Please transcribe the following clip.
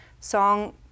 Song